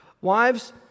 Wives